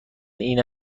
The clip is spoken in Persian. این